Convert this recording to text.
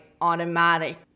automatic